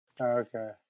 Okay